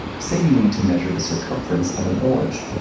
say you need to measure the circumference of an orange.